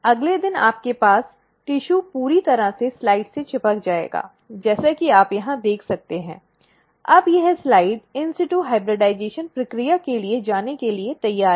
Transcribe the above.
अगले दिन आपके पास ऊतक पूरी तरह से स्लाइड से चिपक जाएगा जैसा कि आप यहां देख सकते हैं और अब यह स्लाइड in situ hybridization प्रक्रिया के लिए जाने के लिए तैयार है